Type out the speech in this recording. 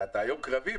אתה היום קרבי.